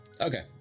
Okay